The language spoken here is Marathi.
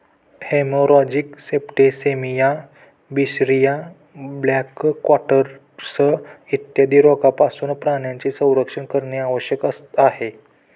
हेमोरॅजिक सेप्टिसेमिया, बिशरिया, ब्लॅक क्वार्टर्स इत्यादी रोगांपासून प्राण्यांचे संरक्षण करणे आवश्यक आहे